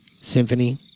symphony